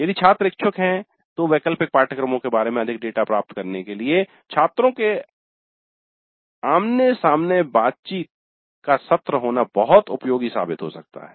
यदि छात्र इच्छुक हैं तो वैकल्पिक पाठ्यक्रमों के बारे में अधिक डेटा प्राप्त करने के लिए छात्रों के निर्गत आमने सामने बातचीत का सत्र होना बहुत उपयोगी हो सकता है